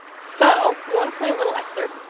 so we wanna play a little excerpt.